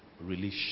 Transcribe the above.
release